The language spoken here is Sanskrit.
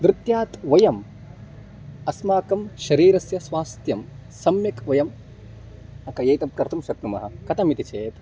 नृत्यात् वयम् अस्माकं शरीरस्य स्वास्थ्यं सम्यक् वयम् अक एतद् कर्तुं शक्नुमः कथमिति चेत्